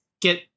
get